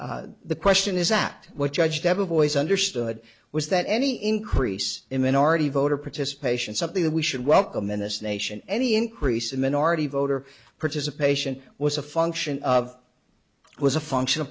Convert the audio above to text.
the question is at which edge have a voice understood was that any increase in minority voter participation something that we should welcome in this nation any increase in minority voter participation was a function of was a function of